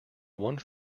one